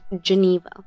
geneva